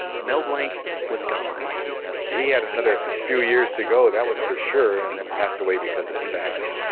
mel blanc was gone he had another few years to go that was for sure, and then passed away because of this accident.